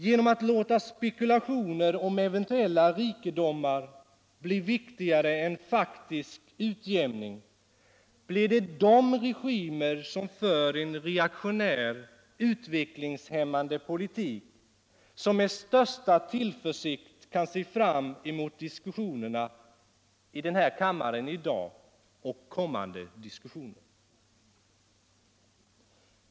Genom att man låter spekulationer om eventuella rikedomar bli viktigare än faktisk utjämning är det de regimer som för en reaktionär, utvecklingshämmande politik som med största tillförsikt kan se fram emot diskussionerna i denna kammare i dag och kommande diskussioner.